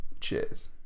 Cheers